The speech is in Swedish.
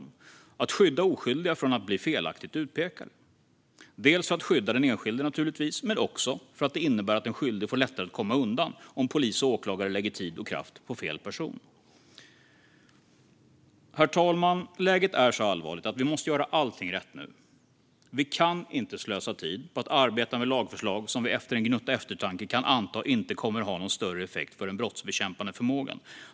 Det handlar om att skydda oskyldiga från att bli felaktigt utpekade - dels för att skydda den enskilde, naturligtvis, och dels för att en skyldig får lättare att komma undan om polis och åklagare lägger tid och kraft på fel person. Herr talman! Läget är så allvarligt att vi måste göra allting rätt nu. Vi kan inte slösa tid på att arbeta med lagförslag som vi efter en gnutta eftertanke kan anta inte kommer att ha någon större effekt på den brottsbekämpande förmågan.